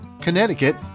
Connecticut